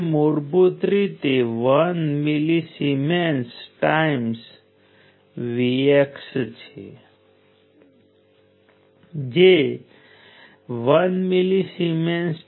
આપણી પાસે અહીં મિલી એમ્પ્સનો વર્ગ છે તેથી આ 10 6 છે આ 10 3 છે